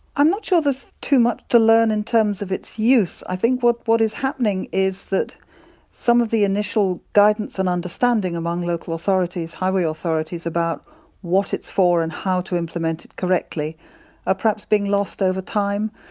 i'm not sure there's too much to learn in terms of its use. i think what what is happening is that some of the initial guidance and understanding among local authorities, highway authorities, about what it's for and how to implement it correctly are ah perhaps being lost over time.